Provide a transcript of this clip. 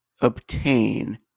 obtain